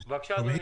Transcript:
בבקשה, אדוני.